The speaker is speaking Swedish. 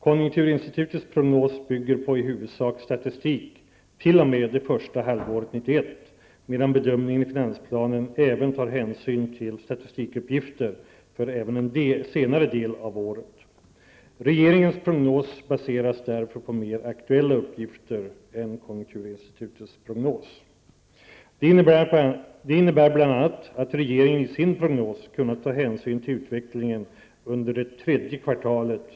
Konjunkturinstitutets prognos bygger i huvudsak på statistik t.o.m. det första halvåret 1991, medan bedömningen i finansplanen tar hänsyn till statistikuppgifter för även en senare del av året. Regeringens prognos baseras därför på mer aktuella uppgifter än konjunkturinstitutets prognos. Det innebär bl.a. att regeringen i sin prognos kunnat ta hänsyn till utvecklingen under det tredje kvartalet.